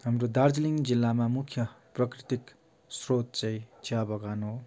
हाम्रो दार्जिलिङ जिल्लामा मुख्य प्राकृतिक स्रोत चाहिँ चियाबगान हो